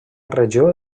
regió